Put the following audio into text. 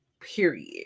period